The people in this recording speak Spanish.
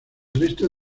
resto